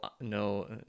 no